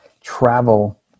travel